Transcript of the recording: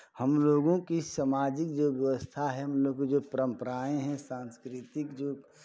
हमलोगों की सामाजिक जो व्यवस्था है हमलोग को जो परम्पराएं हैं सांस्कृतिक जो